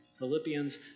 Philippians